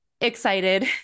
excited